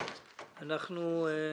כאמור,